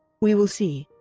we will see.